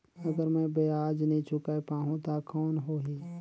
अगर मै ब्याज नी चुकाय पाहुं ता कौन हो ही?